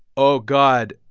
oh, god,